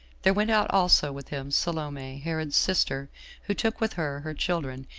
there went out also with him salome, herod's sister who took with her, her children,